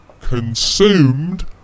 consumed